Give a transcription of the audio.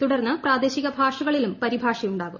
തുടർന്ന് പ്രാദേശിക ഭാഷകളിലും പരിഭാഷയുണ്ടാകും